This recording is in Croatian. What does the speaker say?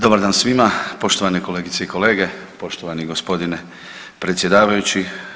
Dobar dan svima, poštovane kolegice i kolege, poštovani g. predsjedavajući.